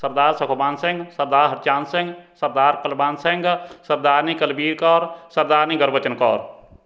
Sardar Sukhwant Singh Sardar Harcharan Singh Sardar Kulwant Singh Sardarni Kulbir Kaur Sardarni Gurbachan Kaur